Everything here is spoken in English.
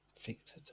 Victor